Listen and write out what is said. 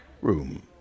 room